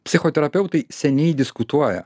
psichoterapeutai seniai diskutuoja